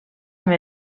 amb